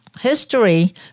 history